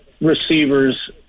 receivers